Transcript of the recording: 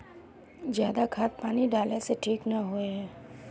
ज्यादा खाद पानी डाला से ठीक ना होए है?